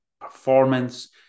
performance